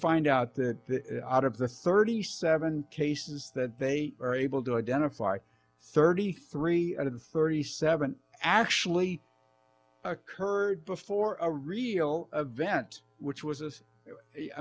find out that out of the thirty seven cases that they are able to identify thirty three out of thirty seven actually occurred before a real event which was